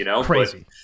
Crazy